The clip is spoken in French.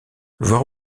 voir